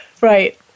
Right